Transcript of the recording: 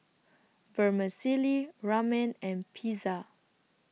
Vermicelli Ramen and Pizza